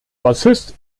bassist